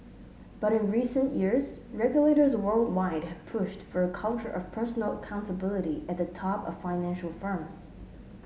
but in recent years regulators worldwide have pushed for a culture of personal accountability at the top of financial firms